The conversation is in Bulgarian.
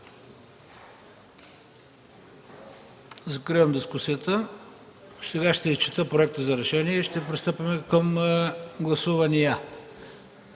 Закривам дискусията. Сега ще изчета проекта за решение и ще пристъпим към гласувания.